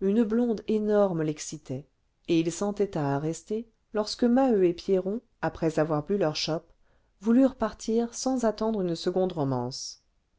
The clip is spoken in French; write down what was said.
une blonde énorme l'excitait et il s'entêta à rester lorsque maheu et pierron après avoir bu leur chope voulurent partir sans attendre une seconde romance